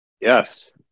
Yes